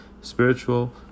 spiritual